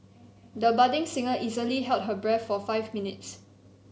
the budding singer easily held her breath for five minutes